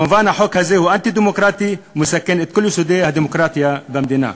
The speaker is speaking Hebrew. מובן שהחוק הזה הוא אנטי-דמוקרטי ומסכן את כל יסודות הדמוקרטיה במדינה.